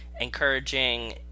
encouraging